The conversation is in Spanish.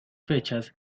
fechas